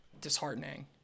disheartening